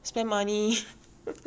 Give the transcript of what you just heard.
spend money